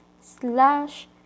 slash